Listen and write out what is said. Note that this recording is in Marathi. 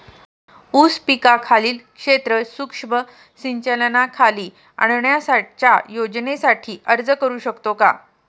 ऊस पिकाखालील क्षेत्र सूक्ष्म सिंचनाखाली आणण्याच्या योजनेसाठी अर्ज करू शकतो का?